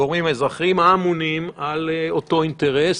הגורמים האזרחיים האמונים על אותו אינטרס,